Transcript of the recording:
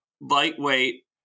lightweight